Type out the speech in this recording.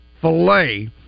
filet